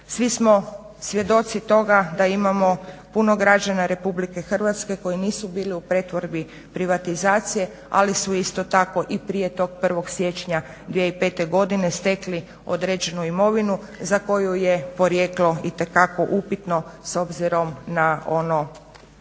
svi smo svjedoci toga da imamo puno građana RH koji nisu bili u pretvorbi i privatizaciji ali su isto tako i prije tog 1. siječnja 2005. godine stekli određenu imovinu za koju je porijeklo itekako upitno s obzirom na ono